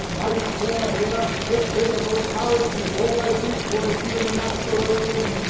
i declare here, if physical courage be always equal to human aspiration,